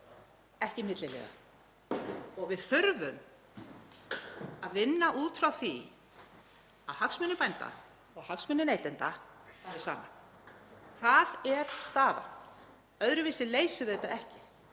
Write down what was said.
ekki milliliða, og við þurfum að vinna út frá því að hagsmunir bænda og hagsmunir neytenda fari saman. Það er staðan. Öðruvísi leysum við þetta ekki.